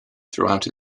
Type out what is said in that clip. throughout